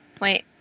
Wait